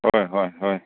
ꯍꯣꯏ ꯍꯣꯏ ꯍꯣꯏ